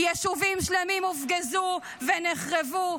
יישובים שלמים הופגזו ונחרבו,